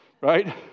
right